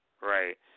Right